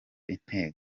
intego